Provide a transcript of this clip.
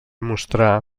mostrà